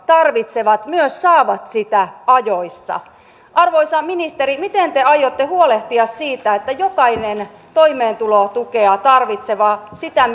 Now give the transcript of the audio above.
tarvitsevat myös saavat sitä ajoissa arvoisa ministeri miten te aiotte huolehtia siitä että jokainen toimeentulotukea tarvitseva sitä